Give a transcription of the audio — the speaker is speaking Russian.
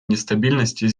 нестабильности